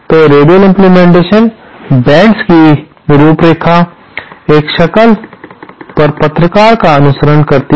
तो radial implementation bends की रूपरेखा एक शक्ल पर पत्रकार का अनुसरण करती है